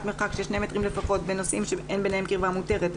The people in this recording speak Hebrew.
מרחק של שני מטרים לפחות בין נוסעים שאין ביניהם קרבה מותרת,